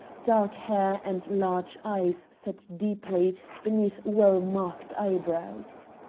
dark hair and large eyes set deeply beneath well-marked eyebrows?